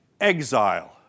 exile